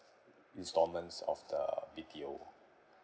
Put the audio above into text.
instalments of the B_T_O